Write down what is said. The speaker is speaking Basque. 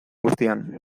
guztian